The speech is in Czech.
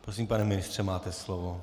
Prosím, pane ministře, máte slovo.